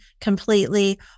completely